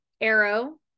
Arrow